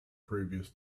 previous